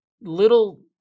little